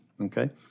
okay